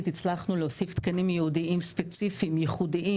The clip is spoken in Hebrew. הצלחנו להוסיף תקנים ייעודים ספציפיים ייחודיים,